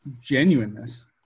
genuineness